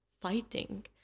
fighting